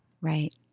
right